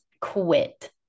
quit